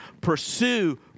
Pursue